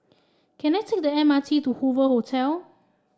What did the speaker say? can I take the M R T to Hoover Hotel